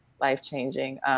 life-changing